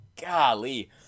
golly